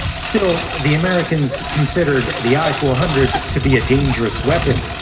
still, the americans considered the i four hundred to be a dangerous weapon.